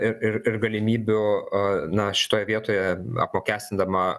ir galimybių na šitoje vietoje apmokestindama